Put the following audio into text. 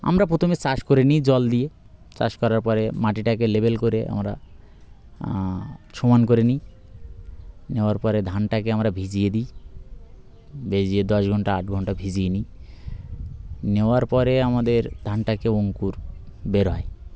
আমরা প্রথমে চাষ করে নিই জল দিয়ে চাষ করার পরে মাটিটাকে লেবেল করে আমরা সমান করে নিই নেওয়ার পরে ধানটাকে আমরা ভিজিয়ে দিই ভেজিয়ে দশ ঘন্টা আট ঘন্টা ভিজিয়ে নিই নেওয়ার পরে আমাদের ধানটাকে অঙ্কুর বের হয়